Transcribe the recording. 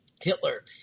Hitler